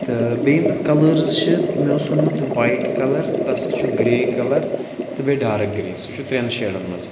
تہٕ بیٚیہِ یِم تَتھ کَلٲرٕز چھِ مےٚ اوس اوٚنمُت وایِٹ کَلَر تَتھ سۭتۍ چھُ گرٛے کَلَر تہٕ بیٚیہِ ڈارٕک گرٛے سُہ چھُ ترٛیٚن شیڈَن منٛز